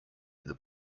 that